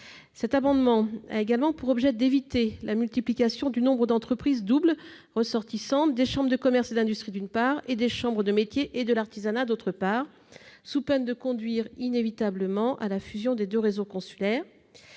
Cet amendement a également pour objet d'éviter la multiplication du nombre d'entreprises doubles ressortissantes des chambres de commerce et d'industrie, d'une part, et des chambres de métiers et de l'artisanat, d'autre part, sous peine de conduire inévitablement à la fusion des deux réseaux consulaires.